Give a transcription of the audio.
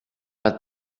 but